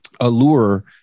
allure